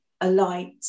alight